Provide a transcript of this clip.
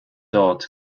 dodd